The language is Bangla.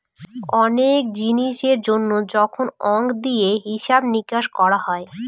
অনেক জিনিসের জন্য যখন অংক দিয়ে হিসাব নিকাশ করা হয়